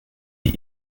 die